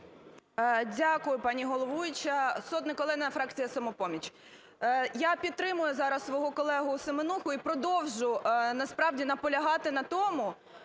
Дякую, пані головуюча. Сотник Олена, фракція "Самопоміч". Я підтримаю зараз свого колегу Семенуху і продовжу насправді наполягати на тому,